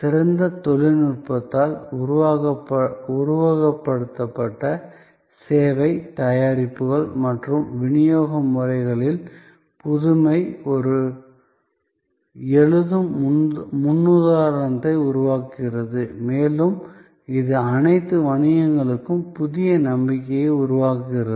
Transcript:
சிறந்த தொழில்நுட்பத்தால் உருவகப்படுத்தப்பட்ட சேவை தயாரிப்புகள் மற்றும் விநியோக முறைகளில் புதுமை ஒரு எழுதும் முன்னுதாரணத்தை உருவாக்குகிறது மேலும் இது அனைத்து வணிகங்களுக்கும் புதிய நம்பிக்கையை உருவாக்குகிறது